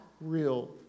real